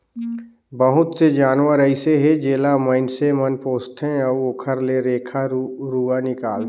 बहुत से जानवर अइसे हे जेला ल माइनसे मन पोसथे अउ ओखर ले रेखा रुवा निकालथे